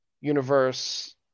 Universe